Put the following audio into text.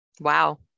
Wow